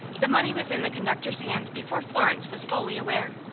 the money was in the conductor's hand before florence was fully aware.